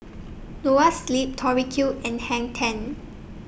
Noa Sleep Tori Q and Hang ten